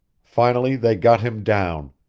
finally they got him down.